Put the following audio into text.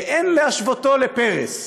שאין להשוותו לפרס.